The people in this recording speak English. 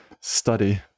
study